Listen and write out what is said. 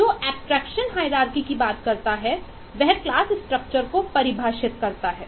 जो abstraction hierarchy को परिभाषित करता है